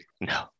No